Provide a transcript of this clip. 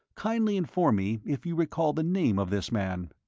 kindly inform me if you recall the name of this man?